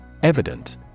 Evident